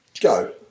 Go